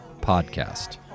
Podcast